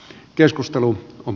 keskustelu on